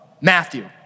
Matthew